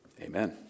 Amen